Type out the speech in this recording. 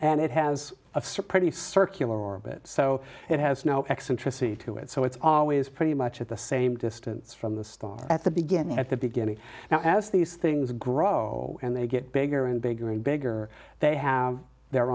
and it has a strong pretty circular orbit so it has no eccentricity to it so it's always pretty much at the same distance from the star at the beginning at the beginning now as these things grow and they get bigger and bigger and bigger they have their